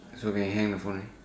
so can hang the phone already